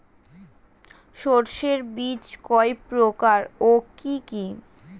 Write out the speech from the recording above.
শস্যের বীজ কয় প্রকার ও কি কি?